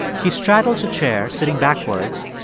he straddles a chair, sitting backwards,